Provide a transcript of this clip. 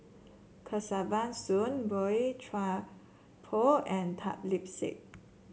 Kesavan Soon Boey Chuan Poh and Tan Lip Seng